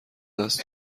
دست